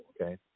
okay